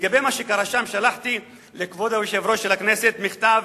לגבי מה שקרה שם שלחתי לכבוד יושב-ראש הכנסת מכתב